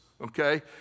okay